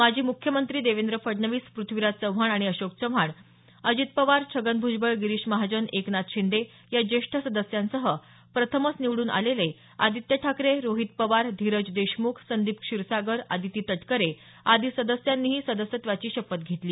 माजी मुख्यमंत्री देवेंद्र फडणवीस पृथ्वीराज चव्हाण आणि अशोक चव्हाण अजित पवार छगन भूजबळ गिरीश महाजन एकनाथ शिंदे या ज्येष्ठ सदस्यांसह प्रथमच निवडून आलेले आदित्य ठाकरे रोहित पवार धीरज देशम्ख संदीप क्षीरसागर अदिती तटकरे आदी सदस्यांनीही सदस्यत्वाची शपथ घेतली